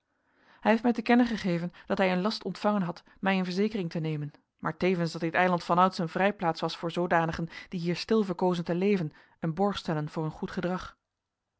hij heeft mij te kennen gegeven dat hij in last ontvangen had mij in verzekering te nemen maar tevens dat dit eiland vanouds een vrijplaats was voor zoodanigen die hier stil verkozen te leven en borg stellen voor hun goed gedrag